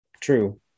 true